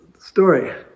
story